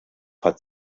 hat